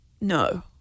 no